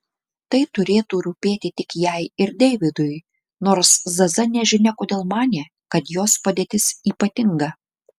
tai turėtų rūpėti tik jai ir deividui nors zaza nežinia kodėl manė kad jos padėtis ypatinga